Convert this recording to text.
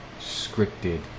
scripted